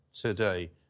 today